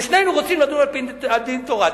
ושנינו רוצים לדון על-פי דין תורה,